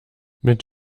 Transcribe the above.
mit